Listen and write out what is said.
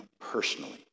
personally